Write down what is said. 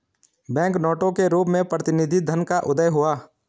bank नोटों के रूप में प्रतिनिधि धन का उदय हुआ